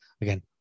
again